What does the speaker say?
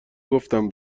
گفتم